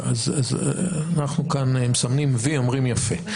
אז אנחנו כאן מסמנים וי, אומרים יפה.